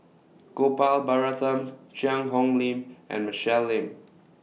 Gopal Baratham Cheang Hong Lim and Michelle Lim